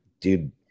dude